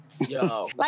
Yo